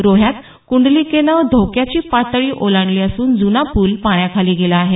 रोहयात कुंडलिकेनं धोक्याची पातळी ओंलांडली असून जुना पूल पाण्याखाली गेला आहे